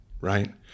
right